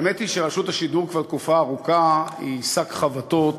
האמת היא שרשות השידור כבר תקופה ארוכה היא שק חבטות.